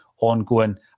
ongoing